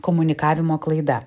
komunikavimo klaida